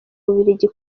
bubiligi